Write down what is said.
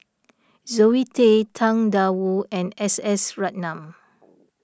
Zoe Tay Tang Da Wu and S S Ratnam